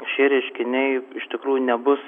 šie reiškiniai iš tikrųjų nebus